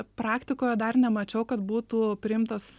praktikoje dar nemačiau kad būtų priimtas